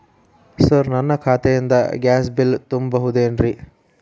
Sir ನನ್ನ ಖಾತೆಯಿಂದ gas bill ತುಂಬಹುದೇನ್ರಿ?